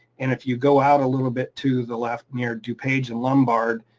and if you go out a little bit to the left, near dupage and lombard,